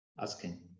Asking